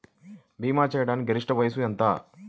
భీమా చేయాటానికి గరిష్ట వయస్సు ఎంత?